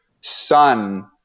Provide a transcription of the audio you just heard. son